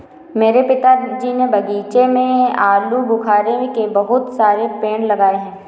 मेरे पिताजी ने बगीचे में आलूबुखारे के बहुत सारे पेड़ लगाए हैं